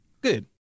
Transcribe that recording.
Good